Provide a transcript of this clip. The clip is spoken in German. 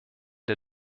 der